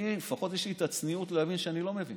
אני לפחות יש לי הצניעות להבין שאני לא מבין